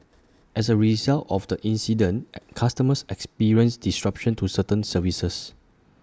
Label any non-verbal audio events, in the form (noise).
as A result of the incident (hesitation) customers experienced disruption to certain services